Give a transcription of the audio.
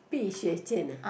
碧血剑：Bi Xue Jian ah